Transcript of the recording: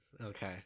Okay